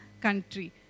country